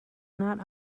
not